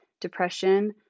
depression